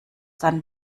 dann